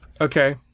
Okay